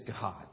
God